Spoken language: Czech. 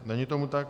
Není tomu tak.